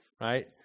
right